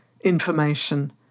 information